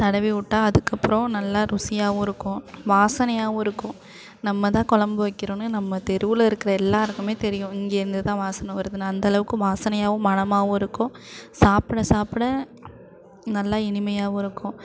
தடவி விட்டா அதுக்கப்புறம் நல்லா ருசியாகவும் இருக்கும் வாசனையாகவும் இருக்கும் நம்ம தான் கொழம்பு வைக்கிறோம்னு நம்ம தெருவில் இருக்கிற எல்லாேருக்குமே தெரியும் இங்கே இருந்துதான் வாசனை வருதுன்னு அந்த அளவுக்கு வாசனையாகவும் மணமாகவும் இருக்கும் சாப்பிட சாப்பிட நல்லா இனிமையாகவும் இருக்கும்